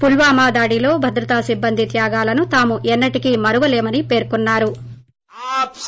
పుల్వామా దాడిలో భద్రతా సిబ్బంది త్యాగాలను తాము ఎన్నటికీ మరువమని పేర్కొన్నారు